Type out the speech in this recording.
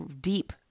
deep